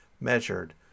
measured